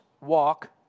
walk